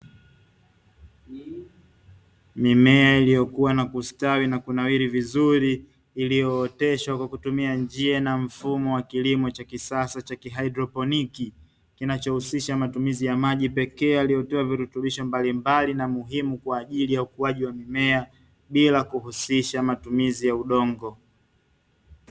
Mimea iliyokuwa na kustawi na kunawiri vizuri iliyooteshwa kwa kutumia njia na mfumo wa kilimo cha kisasa cha kihaidroponi, kinachohusisha matumizi ya maji pekee yaliyotiwa virutubisho mbalimbali na muhimu kwa ajili ya ukuaji wa mimea, bila kuhusisha matumizi ya udongo.